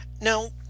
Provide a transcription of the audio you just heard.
now